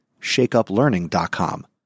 shakeuplearning.com